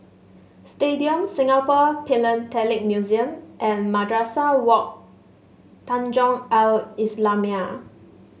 Stadium Singapore Philatelic Museum and Madrasah Wak Tanjong Al Islamiah